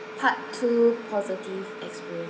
part two positive experiences